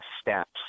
steps